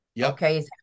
okay